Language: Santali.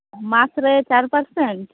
ᱢᱟᱥᱨᱮ ᱪᱟᱨ ᱯᱟᱨᱥᱮᱱᱴ